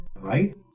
Right